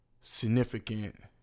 significant